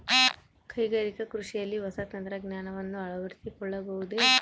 ಕೈಗಾರಿಕಾ ಕೃಷಿಯಲ್ಲಿ ಹೊಸ ತಂತ್ರಜ್ಞಾನವನ್ನ ಅಳವಡಿಸಿಕೊಳ್ಳಬಹುದೇ?